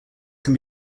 can